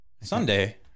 Sunday